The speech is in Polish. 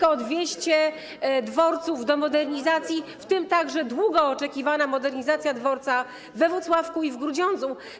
Jest blisko 200 dworców do modernizacji, w tym także długo oczekiwana modernizacja dworców we Włocławku i w Grudziądzu.